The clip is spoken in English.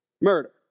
murder